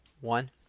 one